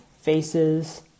faces